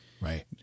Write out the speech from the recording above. Right